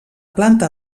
planta